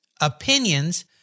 opinions